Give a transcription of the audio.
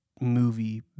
movie